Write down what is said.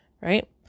right